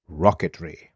rocketry